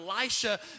Elisha